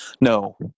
No